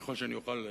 ככל שאני אוכל,